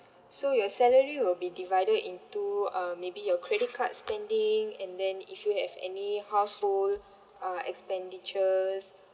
so your salary will be divided into um maybe your credit card spending and then if you have any household uh expenditures